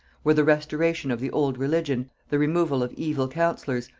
were the restoration of the old religion, the removal of evil counsellors,